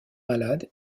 malade